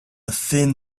thin